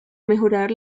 mejorar